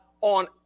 on